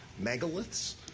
megaliths